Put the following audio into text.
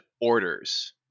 orders